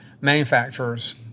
manufacturers